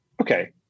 okay